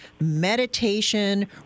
meditation